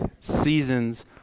seasons